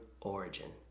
origin